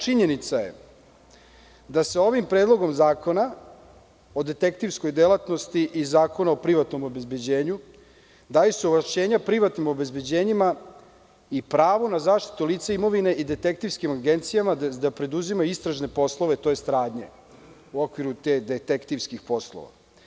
Činjenica je da se ovim predlogom zakona o detektivskoj delatnosti i Zakona o privatnom obezbeđenju daju se ovlašćenja privatnim obezbeđenjima i pravo na zaštitu lica imovine i detektivskim agencijama da preduzimaju istražne poslove tj. radnje u okviru detektivskih poslova.